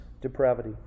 depravity